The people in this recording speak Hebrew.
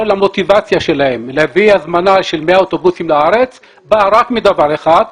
כל המוטיבציה שלהם להביא הזמנה של 100 אוטובוסים לארץ באה רק מדבר אחד,